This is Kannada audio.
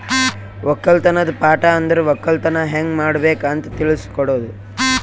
ಒಕ್ಕಲತನದ್ ಪಾಠ ಅಂದುರ್ ಒಕ್ಕಲತನ ಹ್ಯಂಗ್ ಮಾಡ್ಬೇಕ್ ಅಂತ್ ತಿಳುಸ್ ಕೊಡುತದ